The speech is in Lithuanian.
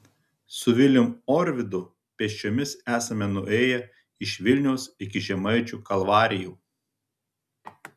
su vilium orvidu pėsčiomis esame nuėję iš vilniaus iki žemaičių kalvarijų